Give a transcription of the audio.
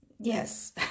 Yes